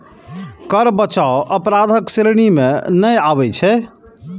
कर बचाव अपराधक श्रेणी मे नहि आबै छै